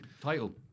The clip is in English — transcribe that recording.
title